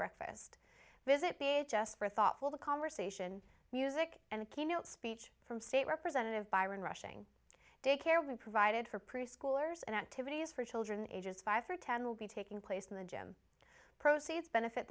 breakfast visit the h s for thoughtful the conversation music and keynote speech from state representative byron rushing day care we provided for preschoolers and activities for children ages five to ten will be taking place in the gym proceeds benefit